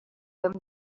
him